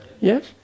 Yes